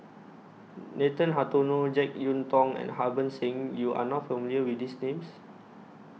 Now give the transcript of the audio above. Nathan Hartono Jek Yeun Thong and Harbans Singh YOU Are not familiar with These Names